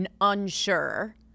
Unsure